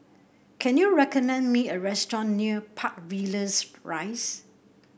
can you recommend me a restaurant near Park Villas Rise